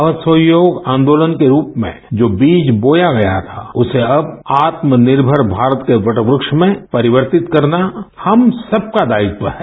असहयोग आंदोलन के रूप में जो बीज बोया गया था उसे ँवर आत्मनिर्मर भारत के वट कुक्ष में परिवर्तित करना हम सब का दायित्व है